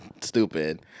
stupid